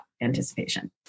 anticipation